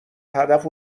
هدف